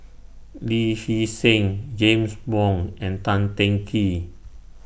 Lee Hee Seng James Wong and Tan Teng Kee